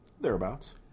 Thereabouts